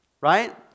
right